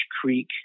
Creek